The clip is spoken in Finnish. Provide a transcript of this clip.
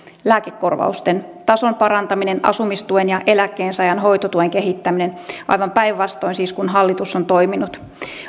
lääkekorvausten tason parantaminen asumistuen ja eläkkeensaajan hoitotuen kehittäminen siis aivan päinvastoin kuin hallitus on toiminut